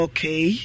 Okay